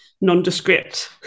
nondescript